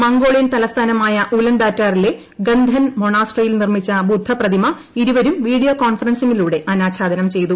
Mongolian തലസ്ഥാനമായ ഉലൻബാറ്റാറിലെ Gandan മൊണാസ്ട്രിയിൽ നിർമ്മിച്ച ബുദ്ധ പ്രതിമ ഇരുവരും വീഡിയോ കോൺഫറൻസിംഗിലൂടെ അനാഛാദനം ചെയ്തു